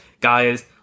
Guys